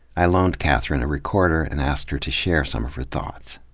i loaned kathryne a recorder and asked her to share some of her thoughts.